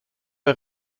bei